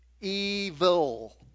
evil